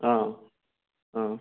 অঁ অঁ